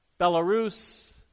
Belarus